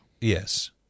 Yes